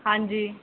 ਹਾਂਜੀ